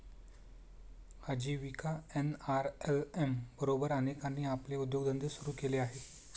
आजीविका एन.आर.एल.एम बरोबर अनेकांनी आपले उद्योगधंदे सुरू केले आहेत